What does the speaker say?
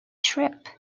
trip